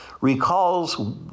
recalls